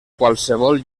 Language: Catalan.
qualsevol